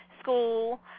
school